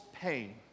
pain